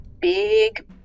big